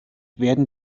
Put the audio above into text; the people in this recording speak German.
werden